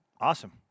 Awesome